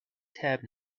tab